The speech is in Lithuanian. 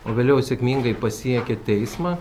o vėliau sėkmingai pasiekė teismą